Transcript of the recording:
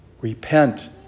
Repent